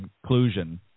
conclusion